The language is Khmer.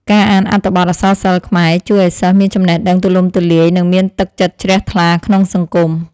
ការអានអត្ថបទអក្សរសិល្ប៍ខ្មែរជួយឱ្យសិស្សមានចំណេះដឹងទូលំទូលាយនិងមានទឹកចិត្តជ្រះថ្លាក្នុងសង្គម។